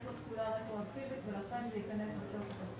יש לו תחולה רטרואקטיבית וזה ייכנס לתוקף.